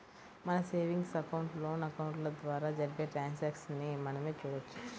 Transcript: మన savings account, loan అకౌంట్ల ద్వారా జరిపే ట్రాన్సాక్షన్స్ ని మనమే చూడొచ్చు